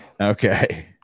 Okay